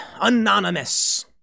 anonymous